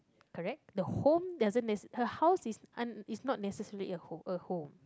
correct the home doesn't her house is is not necessary a a home